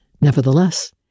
Nevertheless